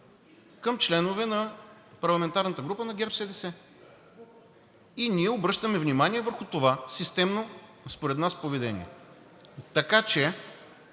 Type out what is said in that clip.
към членове на парламентарната група на ГЕРБ-СДС и ние обръщаме внимание върху това системно според нас поведение. Така че